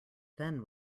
then